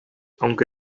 aunque